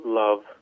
love